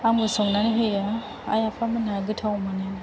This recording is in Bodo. आंबो संनानै होयो आइ आफा मोनहा गोथाव मोनो